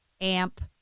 amp